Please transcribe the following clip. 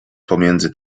pomiędzy